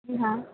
जी हाँ